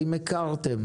האם הכרתם?